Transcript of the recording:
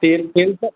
तेल तेल तर